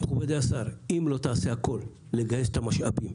מכובדי השר, אם לא תעשה הכול לגייס את המשאבים